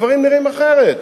הדברים נראים אחרת.